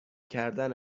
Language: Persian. کردن